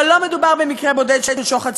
אבל לא מדובר במקרה בודד של שוחד ציבורי.